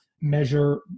measure